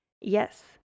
Yes